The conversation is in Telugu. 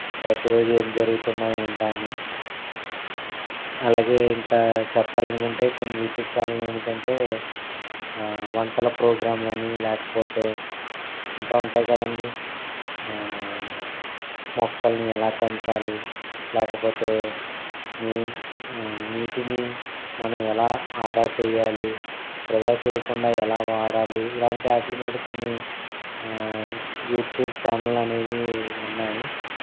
ప్రతీ రోజు ఏం జరుగుతుందా ఏంటా అని అలాగే ఇంకా చెప్పాలనుకుంటే కొన్ని యూట్యూబ్ ఛానల్ ఏమిటంటే వంటల ప్రోగ్రామ్లు అని లేకపోతే ఇంకా ఉంటాయి కదా అండి మొక్కలని ఎలా పెంచాలి లేకపోతే నీ నీటిని మనం ఎలా ఆదా చేయాలి వృధా చేయకుండా ఎలా వాడాలి ఇలాంటి వాటి మీద కొన్ని యూట్యూబ్ ఛానల్ అనేవి ఉన్నాయి